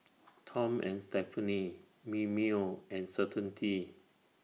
Tom and Stephanie Mimeo and Certainty